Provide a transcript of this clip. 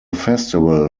festival